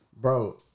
Bro